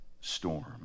storm